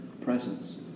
presence